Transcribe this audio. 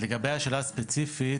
לגבי השאלה הספציפית,